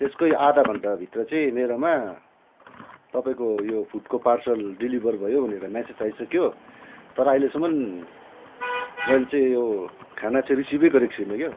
त्यसकै आधा घन्टा भित्र चाहिँ मेरोमा तपाईँको यो फुडको पार्सल डेलिभर भयो भनेर म्यासेज आइसक्यो तर अहिलेसम्म मैले चाहिँ यो खाना चाहिँ रिसिभै गरेको छुइनँ क्याउ